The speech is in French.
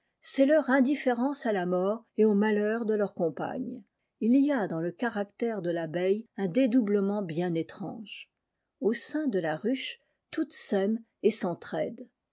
c'est leur indifférence h la mort et au malheur de leurs compagnes il y a dans le caractère de fabeille un dédoublement bien étrange au sein de la ruche toutes s'aiment et s'entr'aident